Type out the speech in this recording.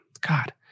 God